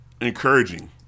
Encouraging